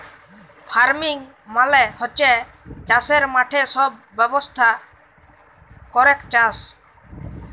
farming মালে হচ্যে চাসের মাঠে সব ব্যবস্থা ক্যরেক চাস